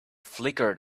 flickered